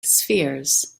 spheres